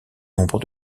nombre